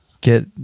get